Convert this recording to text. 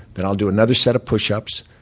then i'll do another set of pushups.